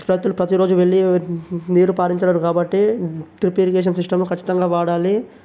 రైతులు ప్రతిరోజు వెళ్లి నీరు పారించాలి కాబట్టి డ్రిప్ ఇరిగేషన్ సిస్టమ్ని ఖచ్చితంగా వాడాలి